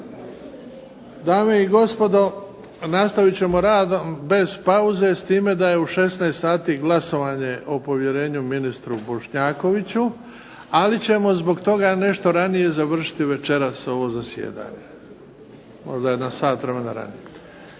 Dame i gospodo, nastavit ćemo s radom bez pauze s time da je u 16 sati glasovanje o povjerenju ministru Bošnjakoviću, ali ćemo zbog toga nešto ranije završiti večeras ovo zasjedanje, možda sat vremena ranije.